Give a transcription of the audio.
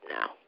now